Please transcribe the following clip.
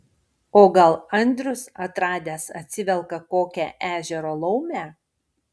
o gal andrius atradęs atsivelka kokią ežero laumę